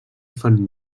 fan